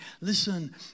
listen